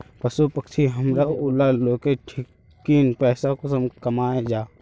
पशु पक्षी हमरा ऊला लोकेर ठिकिन पैसा कुंसम कमाया जा?